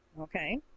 Okay